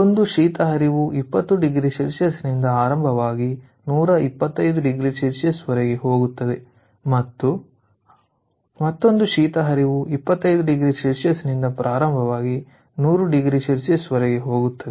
ಒಂದು ಶೀತ ಹರಿವು 20oC ಯಿಂದ ಪ್ರಾರಂಭವಾಗಿ 125oC ವರೆಗೆ ಹೋಗುತ್ತದೆ ಹಾಗೂ ಮತ್ತೊಂದು ಶೀತ ಹರಿವು 25oC ಯಿಂದ ಪ್ರಾರಂಭವಾಗಿ 100oC ವರೆಗೆ ಹೋಗುತ್ತದೆ